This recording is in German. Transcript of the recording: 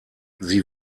sie